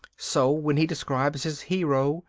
so, when he describes his hero,